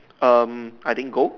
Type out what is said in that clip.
um I think gold